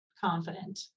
confident